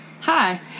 hi